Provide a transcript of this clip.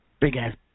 big-ass